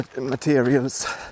materials